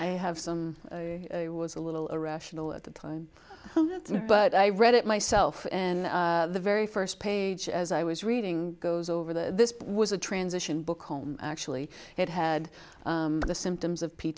i have some was a little irrational at the time but i read it myself and the very first page as i was reading goes over the this was a transition book home actually it had the symptoms of p